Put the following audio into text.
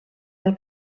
del